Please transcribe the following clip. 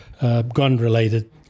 gun-related